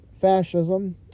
fascism